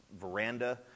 veranda